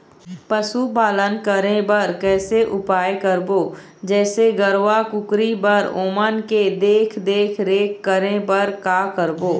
पशुपालन करें बर कैसे उपाय करबो, जैसे गरवा, कुकरी बर ओमन के देख देख रेख करें बर का करबो?